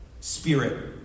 spirit